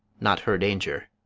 not her danger.